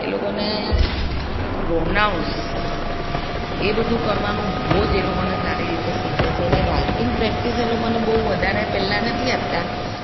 એ લોકોને પ્રોનાઉન્સ એ બધું કરવાનું બહુ જ એ લોકોને સારી રીતે શીખવે છેને રાઇટિંગ પ્રેક્ટિસ એ લોકોને બહુ વધારે પહેલાં નથી આપતા